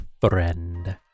Friend